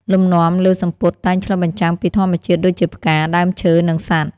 លំនាំលើសំពត់តែងឆ្លុះបញ្ចាំងពីធម្មជាតិដូចជាផ្កា ដើមឈើ និងសត្វ។